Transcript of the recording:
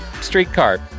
streetcar